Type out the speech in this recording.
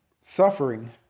Suffering